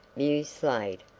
mused slade.